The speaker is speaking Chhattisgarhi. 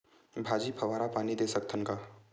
भाजी फवारा पानी दे सकथन का?